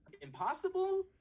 Impossible